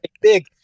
big